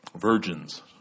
Virgins